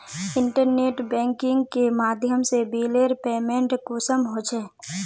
Internet banking के माध्यम से बिलेर पेमेंट कुंसम होचे?